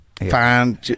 fine